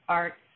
art